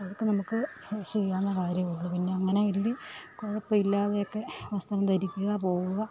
അതൊക്കെ നമുക്ക് ചെയ്യാവുന്ന കാര്യമേ ഉളളൂ പിന്നയങ്ങനെ വലിയ കുഴപ്പമില്ലാതെയൊക്കെ വസ്ത്രം ധരിക്കുക പോകുക